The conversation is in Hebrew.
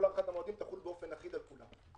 תחול באופן אחיד על כולם.